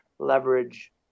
leverage